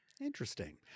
Interesting